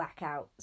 blackouts